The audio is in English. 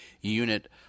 unit